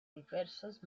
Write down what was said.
diversos